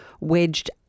wedged